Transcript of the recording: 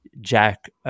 Jack